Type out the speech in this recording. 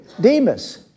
Demas